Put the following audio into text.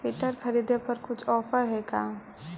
Filter खरिदे पर कुछ औफर है का?